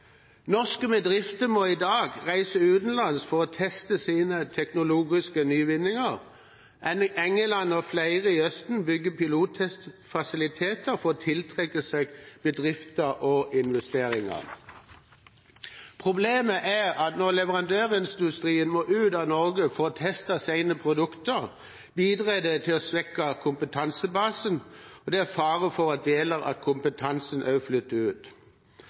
Norske bedrifter må i dag reise utenlands for å teste sine teknologiske nyvinninger. England og flere land i Østen bygger pilottestfasiliteter for å tiltrekke seg bedrifter og investeringer. Problemet er at når leverandørindustrien må ut av Norge for å teste sine produkter, bidrar det til å svekke kompetansebasen, og det er fare for at deler av kompetansen også flytter ut.